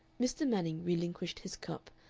mr. manning relinquished his cup,